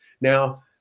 Now